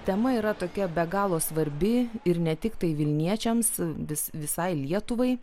tema yra tokia be galo svarbi ir ne tiktai vilniečiams vis visai lietuvai